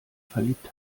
verliebt